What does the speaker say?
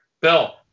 Bill